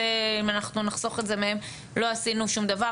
אם אנחנו נחסוך את זה מהם לא עשינו שום דבר,